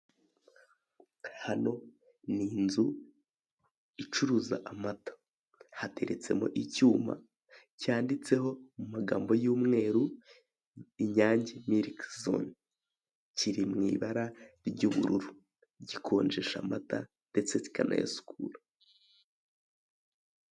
Hano ni inzu icuruza amata hateretsemo icyuma cyanditseho mu magambo y'umweru Inyange miriki zone, kiri mu ibara ry'ubururu gikonjesha amata ndetse kikanayasukura.